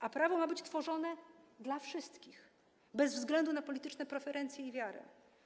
A prawo ma być tworzone dla wszystkich bez względu na polityczne preferencje i wiarę.